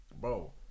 Bro